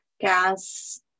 Gas